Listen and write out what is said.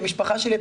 המשפחה שלי,